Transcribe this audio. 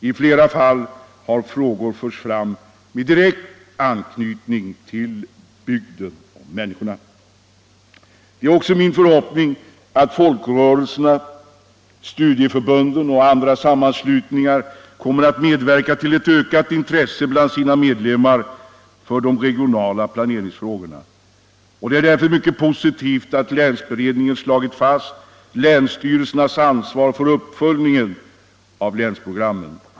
I flera fall har frågor förts fram med direkt anknytning till bygd och människor. Det är också min förhoppning att folkrörelserna, studieförbunden och andra sammanslutningar kommer att medverka till ett ökat intresse bland sina medlemmar för de regionala planeringsfrågorna. Det är därför mycket positivt att länsberedningen slagit fast länsstyrelsernas ansvar för uppföljningen av länsprogrammen.